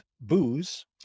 booze